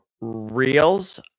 reels